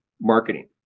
marketing